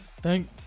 thank